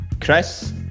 chris